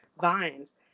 vines